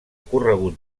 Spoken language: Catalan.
corregut